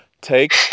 Take